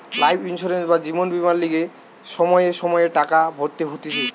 life insurance বা জীবন বীমার লিগে সময়ে সময়ে টাকা ভরতে হতিছে